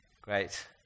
Great